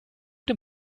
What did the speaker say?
dem